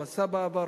הוא עשה בעבר,